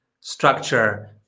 structure